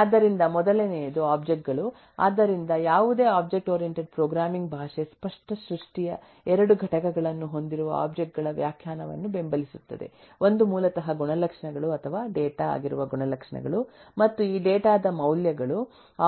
ಆದ್ದರಿಂದ ಮೊದಲನೆಯದು ಒಬ್ಜೆಕ್ಟ್ ಗಳು ಆದ್ದರಿಂದ ಯಾವುದೇ ಒಬ್ಜೆಕ್ಟ್ ಓರಿಯಂಟೆಡ್ ಪ್ರೋಗ್ರಾಮಿಂಗ್ ಭಾಷೆ ಸ್ಪಷ್ಟ ಸೃಷ್ಟಿಯ 2 ಘಟಕಗಳನ್ನು ಹೊಂದಿರುವ ಒಬ್ಜೆಕ್ಟ್ ಗಳ ವ್ಯಾಖ್ಯಾನವನ್ನು ಬೆಂಬಲಿಸುತ್ತದೆಒಂದು ಮೂಲತಃ ಗುಣಲಕ್ಷಣಗಳು ಅಥವಾ ಡೇಟಾ ಆಗಿರುವ ಗುಣಲಕ್ಷಣಗಳು ಮತ್ತು ಈ ಡೇಟಾ ದ ಮೌಲ್ಯಗಳು